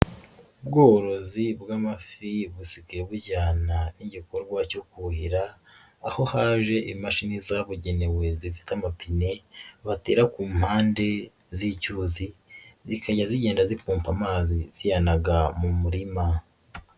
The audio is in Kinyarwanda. Ubworozi bw'amafi busigaye bujyana n'igikorwa cyo kuhira, aho haje imashini zabugenewe zifite amapine batera ku mpande z'icyuzi, zikajya zigenda zipopa amazi ziyanaga mu murima.